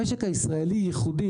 המשק הישראלי ייחודי,